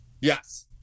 yes